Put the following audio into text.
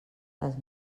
les